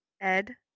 ed